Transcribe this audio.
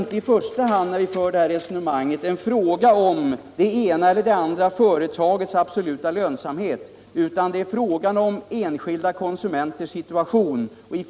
När vi för den här debatten är det inte i första hand fråga om det ena eller det andra företagets absoluta lönsamhet, utan det är fråga om enskilda konsumenters situation.